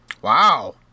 Wow